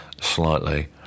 slightly